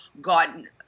gotten